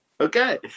okay